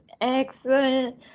excellent